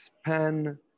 span